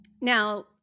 Now